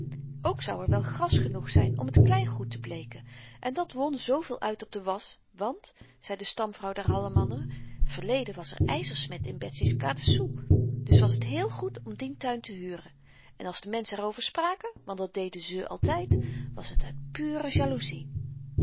ook zou er wel gras genoeg zyn om t kleingoed te bleeken en dat won zooveel uit op de wasch want zei de stamvrouw der hallemannen verleden was er yzersmet in betsy's kanesoe dus was t heel goed om dien tuin te huren en als de menschen er over spraken want dat deden ze altyd was t uit pure jaloezie